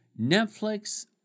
Netflix –